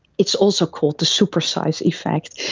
it's also called the super-size effect.